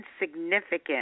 insignificant